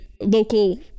Local